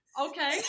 Okay